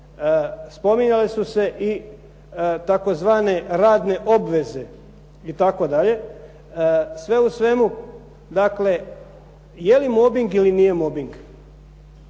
Spominjale su se i tzv. radne obveze i tako dalje. Sve u svemu dakle, je li mobing ili nije mobing?